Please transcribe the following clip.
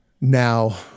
now